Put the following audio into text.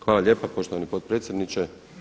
Hvala lijepo poštovani potpredsjedniče.